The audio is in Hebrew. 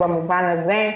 בעניין הזה,